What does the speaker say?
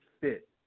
fit